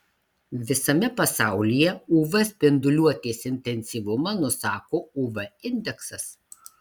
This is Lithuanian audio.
visame pasaulyje uv spinduliuotės intensyvumą nusako uv indeksas